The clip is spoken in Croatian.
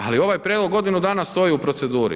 Ali ovaj prijedlog godinu dana stoji u proceduri.